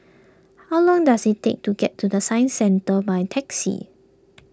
how long does it take to get to the Science Centre by taxi